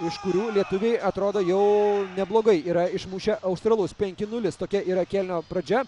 iš kurių lietuviai atrodo jau neblogai yra išmušę australus penki nulis tokia yra kėlinio pradžia